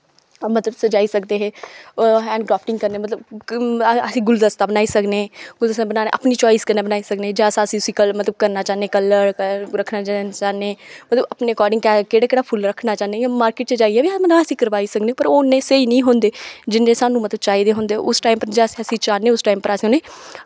मतलब सजाई सकदे हे हैंड क्राफ्टिंग करने मतलब अस गुलदस्ता बनाई सकने गुलदस्ता बनाना अपनी चॉइस कन्नै बनाई सकने जैसा अस उसी करना चाह्न्नें कलर रक्खना चाह्न्नें ओह् अपने अकॉर्डिंग केह्ड़ा केह्ड़ा फु'ल्ल रक्खना चाह्न्नें इ'यां मार्किट च जाइयै बी दनासती कराई सकने पर ओह् इ'न्ने स्हेई निं होंदे जनेह् मतलब सानूं चाहिदे होंदे उस टाइम पर जैसी जैसी अस चाह्न्नें उस टाइम पर अस उ'नें गी